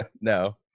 no